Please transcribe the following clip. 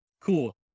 cool